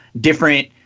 different